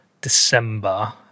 December